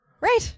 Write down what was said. Right